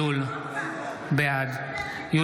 בעד ארז מלול,